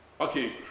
Okay